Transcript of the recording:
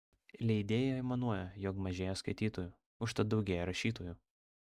leidėjai aimanuoja jog mažėja skaitytojų užtat daugėja rašytojų